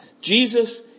Jesus